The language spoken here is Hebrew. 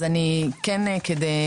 אז אני כן כדי